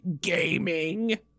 gaming